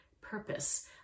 purpose